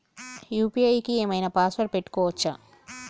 UPI కి ఏం ఐనా పాస్వర్డ్ పెట్టుకోవచ్చా?